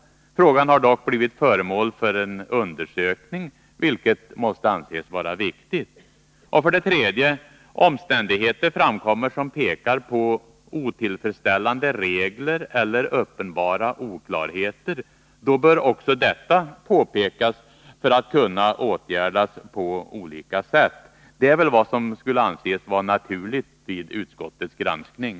Frågan har dock blivit föremål för en undersökning, vilket måste anses vara riktigt. 3. Omständigheter framkommer som pekar på otillfredsställande regler eller uppenbara oklarheter. Då bör också detta påpekas för att kunna åtgärdas på olika sätt. Detta är väl vad som skulle anses vara naturligt vid utskottets granskning.